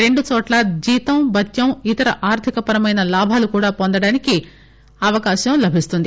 రెండు చోట్లా జీతం భత్యం ఇతర ఆర్థికపరమైన లాభాలను కూడా పొందడానికి అవకాశం లభించనుంది